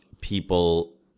people